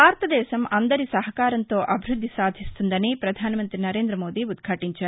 భారతదేశం అందరి సహకారంతో అభివృద్ది సాధిస్తుందని ప్రధాన మంతి నరేందమోదీ ఉదాదించారు